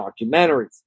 documentaries